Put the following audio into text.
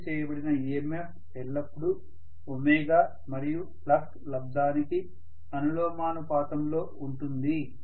ఉత్పత్తి చేయబడిన EMF ఎల్లప్పుడూ ఒమేగా మరియు ఫ్లక్స్ లబ్దానికి అనులోమానుపాతంలో ఉంటుంది